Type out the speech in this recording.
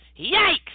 yikes